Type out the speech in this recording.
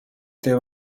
there